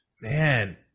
man